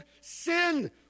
sin